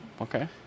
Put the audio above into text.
okay